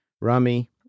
Rami